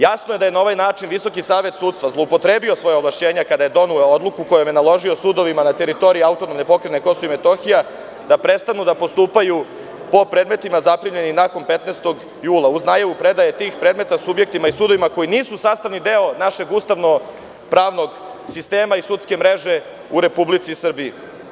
Jasno je da je na ovaj način Visoki savet sudstva zloupotrebio svoja ovlašćenja kada je doneo odluku kojom je naložio sudovima na teritoriji AP KiM, da prestanu da postupaju po predmetima zaprimljenim nakon 15. jula, uz najavu predaje tih predmeta, subjektima i sudovima koji nisu sastavni deo našeg ustavno-pravnog sistema i sudske mreže u Republici Srbiji.